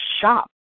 shop